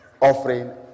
offering